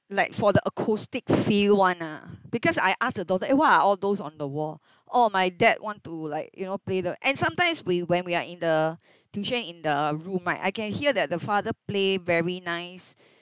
like for the acoustic feel one ah because I ask the daughter eh what are all those on the wall oh my dad want to like you know play the and sometimes we when we are in the tuition in the room right I can hear that the father play very nice